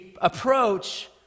approach